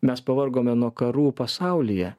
mes pavargome nuo karų pasaulyje